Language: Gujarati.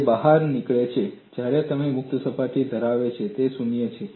જ્યારે તે બહાર નીકળે છે જ્યારે તે મુક્ત સપાટી ધરાવે છે તે શૂન્ય છે